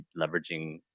leveraging